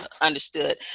understood